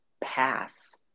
Pass